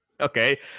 Okay